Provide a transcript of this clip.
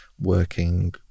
working